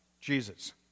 Jesus